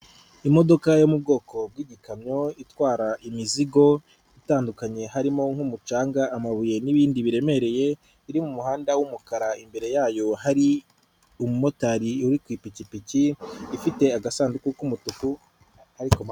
Imodoka yo mu bwoko bw'ikamyo itwara imizigo itandukanye harimo nk'umucanga, amabuye n'ibindi biremereye. Iri mu muhanda w'umukara, imbere yayo hari umumotari uri ku ipikipiki ifite agasanduku k'umutuku.